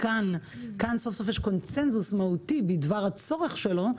כאן סוף סוף יש קונצנזוס מהותי בדבר הצורך שלו,